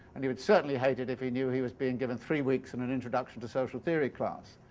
and he would certainly hate it if he knew he was being given three weeks in an introduction to social theory class.